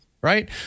right